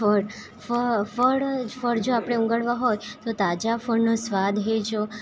ફ ફળ જ જો આપણે ઉગાડવા હોત તાજા ફળનો સ્વાદ હે જો